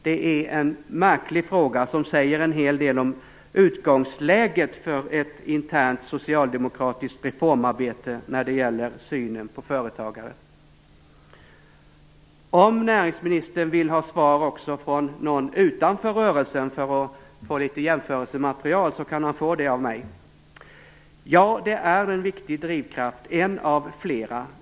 Det är en märklig fråga, som säger en hel del om utgångsläget för ett internt socialdemokratiskt reformarbete när det gäller synen på företagen. Om näringsministern vill ha svar också från någon utanför rörelsen och få litet jämförelsematerial, kan han få det av mig. Ja, det är en viktig drivkraft, en av flera.